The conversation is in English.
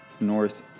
north